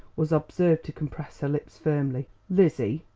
was observed to compress her lips firmly. lizzie,